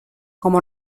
como